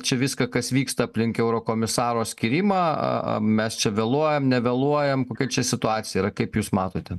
čia viską kas vyksta aplink eurokomisaro skyrimą mes čia vėluojam nevėluojam kokia čia situacija yra kaip jūs matote